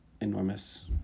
enormous